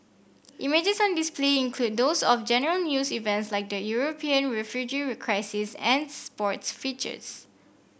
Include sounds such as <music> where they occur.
images on display include those of general news events like the European refugee <unintelligible> crisis and sports features